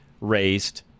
raised